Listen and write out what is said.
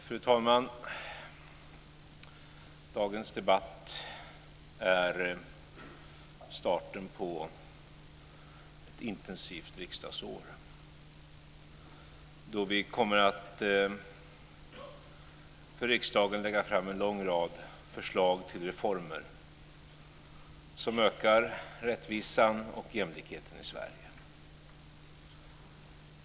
Fru talman! Dagens debatt är starten på ett intensivt riksdagsår då vi kommer att för riksdagen lägga fram en lång rad förslag till reformer som ökar rättvisan och jämlikheten i Sverige.